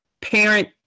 parent